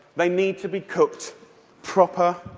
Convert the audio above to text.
they need to be cooked proper,